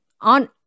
on